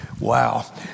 Wow